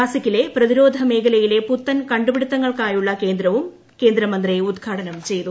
നാസിക്കിലെ പ്രതിരോധ മേഖലയിലെ പുത്തൻ കണ്ടുപിടുത്തങ്ങൾക്കായുള്ള കേന്ദ്രവും കേന്ദ്രമന്ത്രി ഉദ്ഘാടനം ചെയ്തു